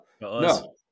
no